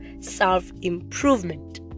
self-improvement